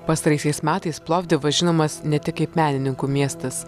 pastaraisiais metais plovdivas žinomas ne tik kaip menininkų miestas